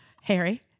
Harry